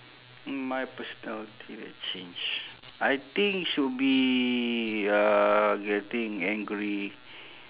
my personality that change I think should be uh getting angry